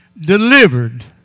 delivered